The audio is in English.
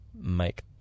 make